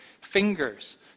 fingers